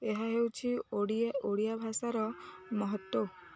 ଏହା ହେଉଛି ଓଡ଼ିଆ ଓଡ଼ିଆ ଭାଷାର ମହତ୍ତ୍ୱ